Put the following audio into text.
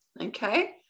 Okay